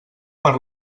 per